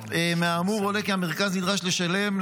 מהאמור עולה כי המרכז נדרש לשלם,